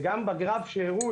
וגם בגרף שהראו,